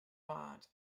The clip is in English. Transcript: but